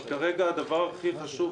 אבל כרגע הדבר הכי חשוב,